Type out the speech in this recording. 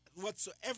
whatsoever